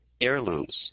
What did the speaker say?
heirlooms